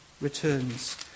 returns